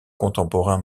contemporain